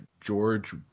George